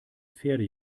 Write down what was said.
pferde